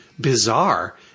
bizarre